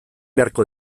beharko